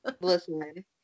Listen